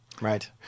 Right